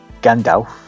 Gandalf